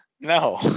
No